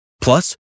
Plus